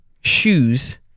shoes